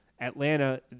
Atlanta